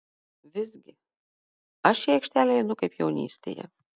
visgi aš į aikštelę einu kaip jaunystėje